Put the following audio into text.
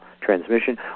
transmission